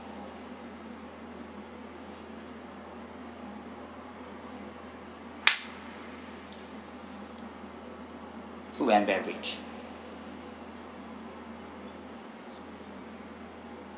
food and beverage